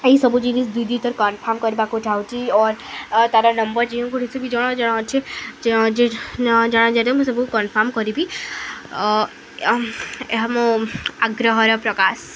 ଏହିସବୁ ଜିନି ଦୁଇ ଦିଥରେ କନଫର୍ମ କରିବାକୁ ଚାହୁଁଛି ଅର୍ ତା'ର ନମ୍ବର ଯେଉଁ ସେ ବି ଜଣ ଜଣ ଅଛି ଜଣ ଜ ମୁଁ ସବୁ କନଫର୍ମ କରିବି ଏହା ମୋ ଆଗ୍ରହର ପ୍ରକାଶ